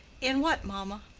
in what, mamma?